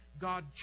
God